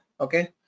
Okay